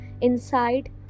inside